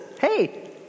hey